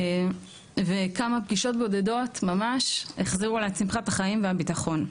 וכמה פגישות בודדות ממש החזירו לה את שמחת החיים והביטחון.